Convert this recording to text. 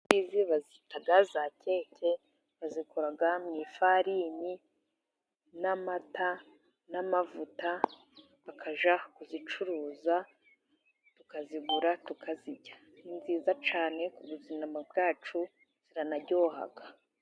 Izi ngizi bazita za keke, bazikora mu ifarini n'amata n'amavuta, bakajya kuzicuruza, tukazigura, tukazirya, ni nziza cyane ku buzima bwacu, ziranaryoha.